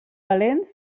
calents